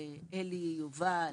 לאלי, יובל,